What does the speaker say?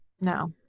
no